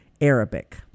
Arabic